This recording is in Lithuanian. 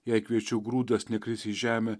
jei kviečių grūdas nekris į žemę